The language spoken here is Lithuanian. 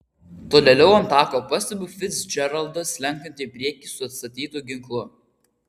tolėliau ant tako pastebiu ficdžeraldą slenkantį į priekį su atstatytu ginklu